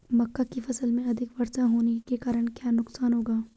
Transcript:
मक्का की फसल में अधिक वर्षा होने के कारण क्या नुकसान होगा?